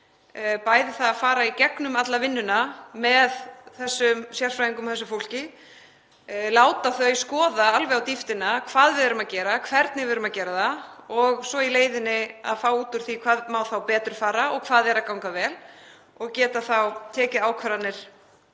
bæði það að fara í gegnum alla vinnuna með þessum sérfræðingum og þessu fólki, láta þau skoða alveg á dýptina hvað við erum að gera, hvernig við erum að gera það og svo í leiðinni að fá út úr því hvað má betur fara og hvað er að ganga vel og geta þá tekið ákvarðanir